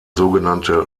sogenannte